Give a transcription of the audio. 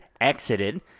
exited